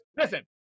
Listen